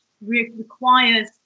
requires